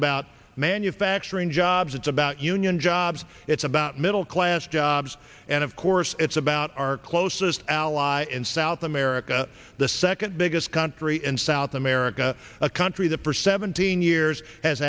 about manufacturing jobs it's about union jobs it's about middle class jobs and of course it's about our closest ally in south america the second biggest country in south america a country that for seventeen years has